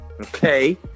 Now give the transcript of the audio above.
Okay